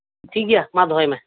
ᱴᱷᱤᱠᱜᱮᱭᱟ ᱢᱟ ᱫᱚᱦᱚᱭ ᱢᱮ ᱦᱩᱸ ᱴᱷᱤᱠ ᱦᱩᱸ